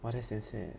!wah! that's damn sad